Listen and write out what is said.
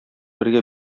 бергә